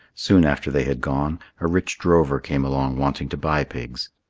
soon after they had gone, a rich drover came along wanting to buy pigs.